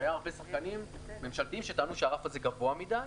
היו הרבה שחקנים ממשלתיים שטענו שהרף הזה גבוה מדי.